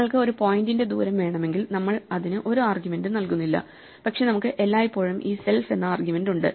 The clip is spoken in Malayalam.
നിങ്ങൾക്ക് ഒരു പോയിന്റിന്റെ ദൂരം വേണമെങ്കിൽ നമ്മൾ അതിന് ഒരു ആർഗ്യുമെന്റും നൽകുന്നില്ല പക്ഷേ നമുക്ക് എല്ലായ്പ്പോഴും ഈ സെൽഫ് എന്ന ആർഗ്യുമെന്റ് ഉണ്ട്